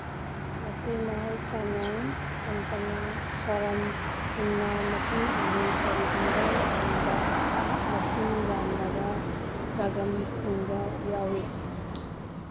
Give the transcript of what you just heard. ꯃꯁꯤ ꯃꯍꯧꯁꯥꯅ ꯀꯜꯄꯅꯥ ꯁ꯭ꯋꯥꯔꯝꯁꯤꯡꯅ ꯃꯇꯨꯡ ꯏꯜꯂꯤ ꯀꯔꯤꯒꯨꯝꯕ ꯃꯇꯝꯗ ꯃꯁꯤꯡ ꯌꯥꯝꯂꯕ ꯔꯥꯒꯝꯁꯤꯡꯗ ꯌꯥꯎꯋꯤ